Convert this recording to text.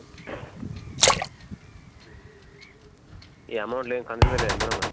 ఈ అమౌంట్ ఏమి కంసేషన్ లేదా మేడం అది